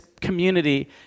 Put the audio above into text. community